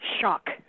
shock